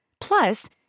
Plus